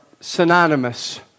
synonymous